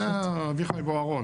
זה אביחי בוארון.